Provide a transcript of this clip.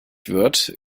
wird